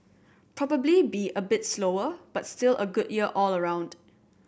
probably be a bit slower but still a good year all around